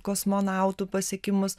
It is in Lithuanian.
kosmonautų pasiekimus